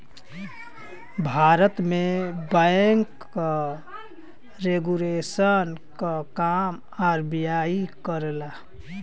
भारत में bank regulation क काम आर.बी.आई करला